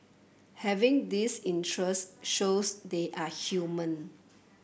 having this interest shows they are human